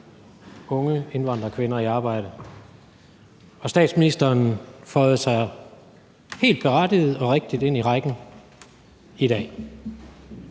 unge indvandrerkvinder i arbejde, og statsministeren føjer sig helt berettiget og rigtigt ind i rækken i dag,